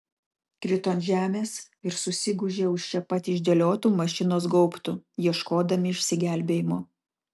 krito ant žemės ir susigūžė už čia pat išdėliotų mašinos gaubtų ieškodami išsigelbėjimo